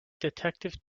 detective